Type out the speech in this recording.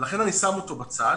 לכן אני שם אותו בצד,